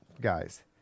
guys